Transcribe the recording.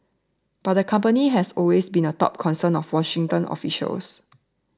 but the company has also been a top concern of Washington officials